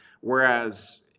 whereas